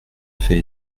fait